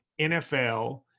NFL